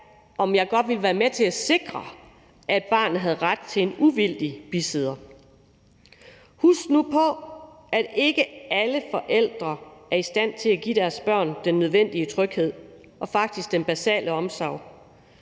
om jeg godt vil være med til at sikre, at barnet havde ret til en uvildig bisidder. Husk nu på, at ikke alle forældre faktisk er i stand til at give deres børn den nødvendige tryghed og den basale omsorg.